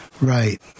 Right